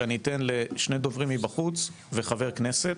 אני אתן לשני דוברים מבחוץ וחבר כנסת